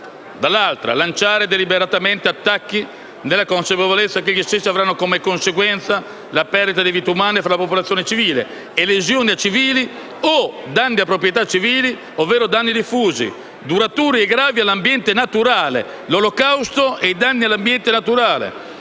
ostilità; - lanciare deliberata mente attacchi nella consapevolezza che gli stessi avranno come conseguenza la perdita di vite umane tra la popolazione civile, e lesioni a civili o danni a proprietà civili ovvero danni diffusi, duraturi e gravi all'ambiente naturale che siano manifestamente eccessivi